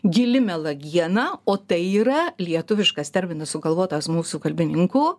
gili melagiena o tai yra lietuviškas terminas sugalvotas mūsų kalbininkų